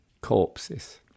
corpses